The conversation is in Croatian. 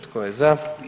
Tko je za?